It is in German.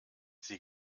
sie